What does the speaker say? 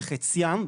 שחציים,